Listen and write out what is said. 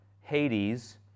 Hades